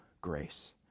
grace